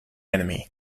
enemy